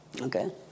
Okay